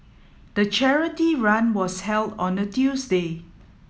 the charity run was held on a Tuesday